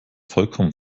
vollkommen